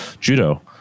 Judo